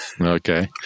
Okay